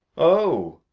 oh!